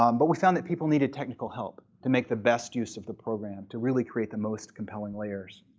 um but we found that people needed technical help to make the best use of the program to really create the most compelling layers.